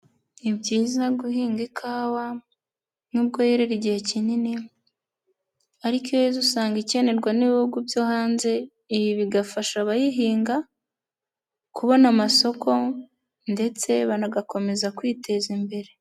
Ni byiza guhinga ikawa nubwo yerera igihe kinini ariko iyo yeze usanga ikenerwa n'Ibihugu byo hanze, ibi bigafasha abayihinga kubona amasoko ndetse banagakomeza kwiteza imbere.